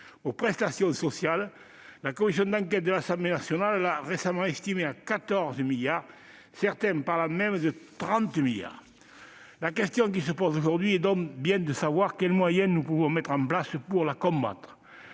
aux prestations sociales, la commission d'enquête de l'Assemblée nationale l'a récemment estimée à 14 milliards d'euros, certains parlant même de 30 milliards d'euros. La question qui se pose aujourd'hui est donc bien de savoir quels moyens nous pouvons mettre en place pour la combattre.